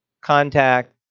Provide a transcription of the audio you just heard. contact